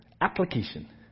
application